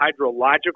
hydrological